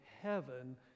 heaven